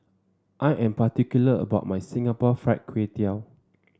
I am particular about my Singapore Fried Kway Tiao